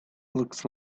looks